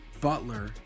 Butler